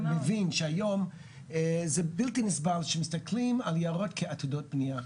אני מבין שהיום זה בלתי נסבל שמסתכלים על יערות כעתידות בנייה,